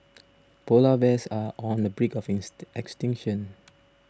Polar Bears are on the brink of is extinction